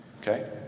Okay